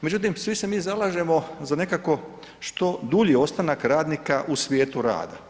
Međutim, svi se mi zalažemo za nekako što dulji ostanak radnika u svijetu rada.